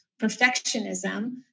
perfectionism